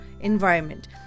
environment